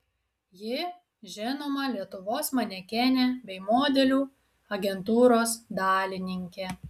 ji žinoma lietuvos manekenė bei modelių agentūros dalininkė